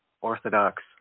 orthodox